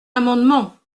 amendement